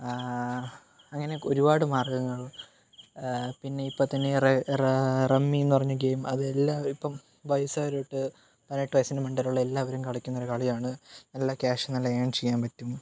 അങ്ങനെ ഒരുപാട് മാർഗ്ഗങ്ങൾ പിന്നെ ഇപ്പം തന്നെ റ റമ്മി റമ്മി എന്ന് പറഞ്ഞ ഗെയിം അത് എല്ലാവരും ഇപ്പോൾ വയസ്സായവർ തൊട്ട് പതിനെട്ട് വയസ്സിന് മുകളിലുള്ള എല്ലാവരും കളിക്കുന്ന ഒരു കളിയാണ് നല്ല ക്യാഷ് നല്ല ഏൺ ചെയ്യാൻ പറ്റും